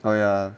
好呀